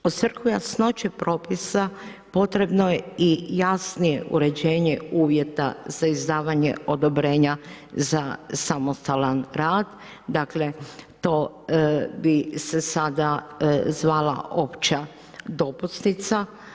U svrhu jasnoće propisa, potrebno je i jasnije uređenje uvjeta za izdavanje odobrenja za samostalan rad, dakle to bi se sada zvala opća dopusnica.